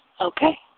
Okay